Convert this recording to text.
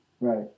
Right